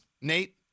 Nate